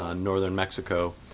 ah northern mexico.